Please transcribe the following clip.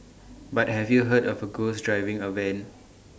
but have you heard of A ghost driving A van